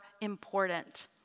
important